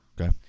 Okay